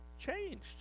changed